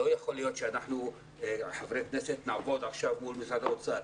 לא ייתכן שאנחנו חברי הכנסת נעבוד עכשיו מול משרד האוצר.